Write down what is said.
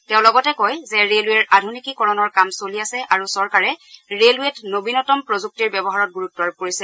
তেওঁ লগতে কয় যে ৰেলৱেৰ আধুনিকীকৰণৰ কাম চলি আছে আৰু চৰকাৰে ৰেলৱেত নৱীনতম প্ৰযুক্তিৰ ব্যৱহাৰত গুৰুত্ আৰোপ কৰিছে